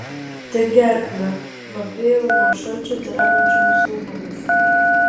tik gerklę vapėjau nuo šalčio drebančiomis lūpomis